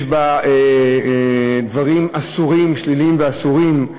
יש בו דברים שליליים ואסורים,